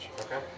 Okay